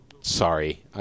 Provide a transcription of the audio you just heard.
sorry